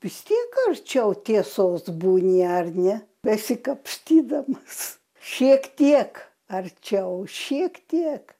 vis tiek arčiau tiesos būni ar ne besikapstydamas šiek tiek arčiau šiek tiek